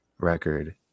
Record